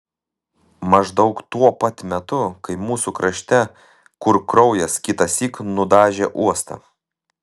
maždaug tuo pat metu kai mūsų krašte kur kraujas kitąsyk nudažė uostą